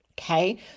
Okay